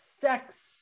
sex